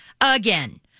again